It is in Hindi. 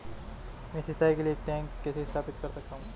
मैं सिंचाई के लिए एक टैंक कैसे स्थापित कर सकता हूँ?